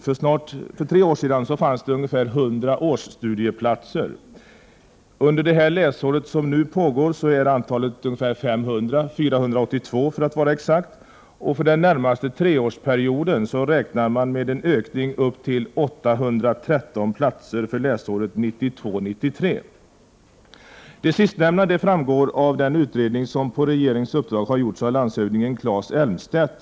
För tre år sedan fanns det ungefär 100 årsstudieplatser. Under det nu pågående läsåret är antalet 482. För den närmaste treårsperioden räknar man med en ökning till 813 platser för läsåret 1992/93. Detta framgår av den utredning som på regeringens uppdrag har gjorts av landshövdingen Claes Elmstedt.